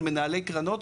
על מנהלי קרנות,